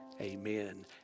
Amen